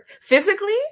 Physically